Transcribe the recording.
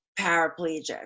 paraplegic